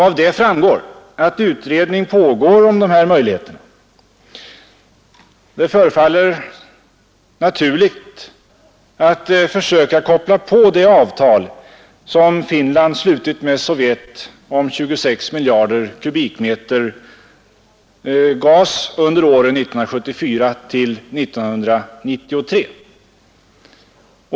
Av det framgår att utredning pågår om de här möjligheterna. Det förefaller naturligt att försöka koppla på det avtal som Finland har slutit med Sovjet om 26 miljarder kubikmeter gas under åren 1974—1993.